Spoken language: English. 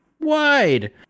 wide